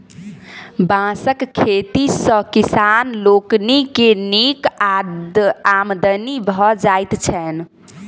बाँसक खेती सॅ किसान लोकनि के नीक आमदनी भ जाइत छैन